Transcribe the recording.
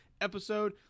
episode